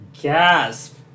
Gasp